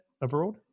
abroad